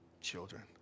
children